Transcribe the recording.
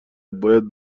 باید